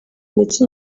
ndetse